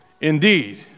indeed